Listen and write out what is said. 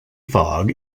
fog